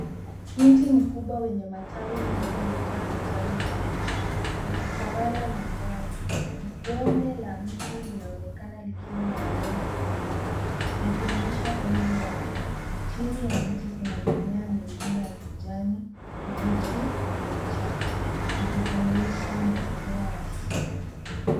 Mti mkubwa wenye matawi mengi umejaa majani mabichi ukitawala mandhari gome la mti linaonekana likiwa na alama za zamani likionyesha umri wake chini ya mti kuna mimea mingine ya kijani kibichi na vichaka vikikamilisha mazingira ya asili.